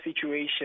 situation